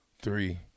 three